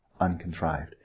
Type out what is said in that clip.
uncontrived